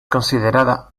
considerada